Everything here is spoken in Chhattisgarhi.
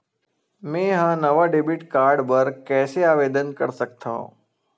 मेंहा नवा डेबिट कार्ड बर कैसे आवेदन कर सकथव?